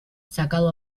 sacado